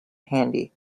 handy